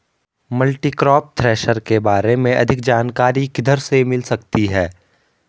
Multicrop thresher के बारे में अधिक जानकारी किधर से मिल सकती है?